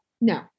No